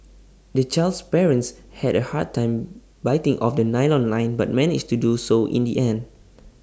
the child's parents had A hard time biting off the nylon line but managed to do so in the end